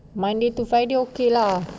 monday to friday okay lah